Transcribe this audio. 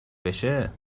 بشه